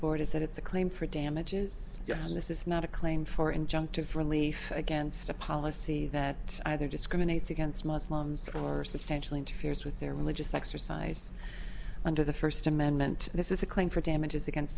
board is that it's a claim for damages yes this is not a claim for injunctive relief against a policy that either discriminates against muslims or substantially interferes with their religious exercise under the first amendment this is a claim for damages against